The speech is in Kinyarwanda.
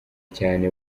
cyane